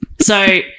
So-